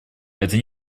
это